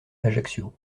ajaccio